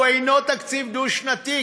הוא אינו תקציב דו-שנתי,